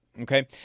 Okay